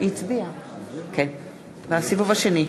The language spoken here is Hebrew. גם עם 20 חתימות להצבעה שמית.